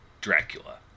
Dracula